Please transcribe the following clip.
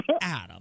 Adam